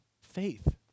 Faith